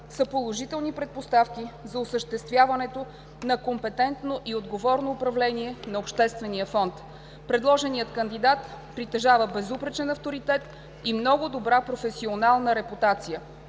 са положителни предпоставки за осъществяването на компетентно и отговорно управление на обществения фонд. Предложеният кандидат притежава безупречен авторитет и много добра професионална репутация.